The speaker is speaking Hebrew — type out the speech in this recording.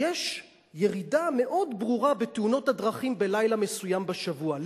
יש ירידה מאוד ברורה בתאונות הדרכים בלילה מסוים בשבוע,